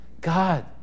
God